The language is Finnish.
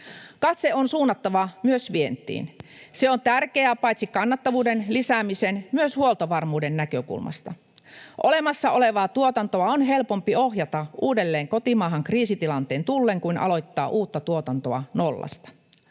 Katse on suunnattava myös vientiin. Se on tärkeää paitsi kannattavuuden lisäämisen myös huoltovarmuuden näkökulmasta. Olemassa olevaa tuotantoa on helpompi ohjata uudelleen kotimaahan kriisitilanteen tullen kuin aloittaa uutta tuotantoa nollasta.